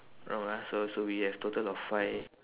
wrong ah so so we have total of five